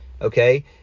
Okay